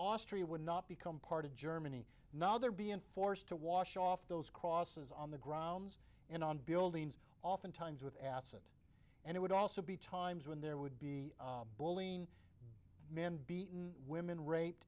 austria would not become part of germany now they're being forced to wash off those crosses on the grounds and on buildings oftentimes with acid and it would also be times when there would be bullying man beaten women ra